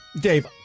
Dave